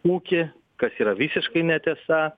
ūkį kas yra visiškai netiesa